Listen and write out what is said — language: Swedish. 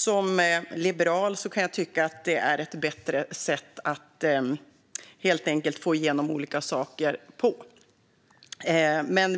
Som liberal kan jag tycka att det är ett bättre sätt att helt enkelt få igenom olika saker på.